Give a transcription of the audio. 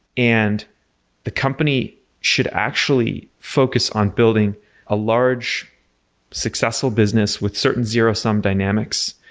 and the company should actually focus on building a large successful business with certain zero sum dynamics,